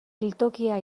biltokia